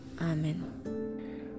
Amen